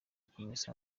kumesa